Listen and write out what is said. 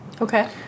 Okay